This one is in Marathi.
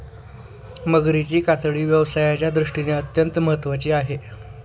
मगरीची कातडी व्यवसायाच्या दृष्टीने अत्यंत महत्त्वाची आहे